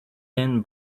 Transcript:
thin